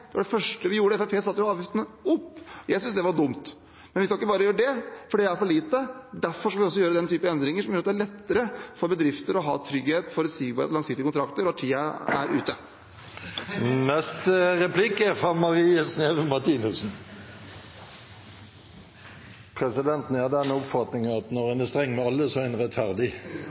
var det første vi gjorde – Fremskrittspartiet satte jo avgiftene opp, og jeg syntes det var dumt. Men vi skal ikke bare gjøre det, for det er for lite, og derfor skal vi også gjøre den typen endringer som gjør at det er lettere for bedrifter å ha trygghet, forutsigbarhet og langsiktige kontrakter – og tida er ute. Presidenten er av den oppfatningen at når en er streng med alle, er en rettferdig.